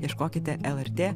ieškokite lrt